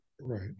right